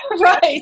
right